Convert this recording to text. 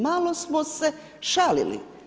Malo smo se šalili.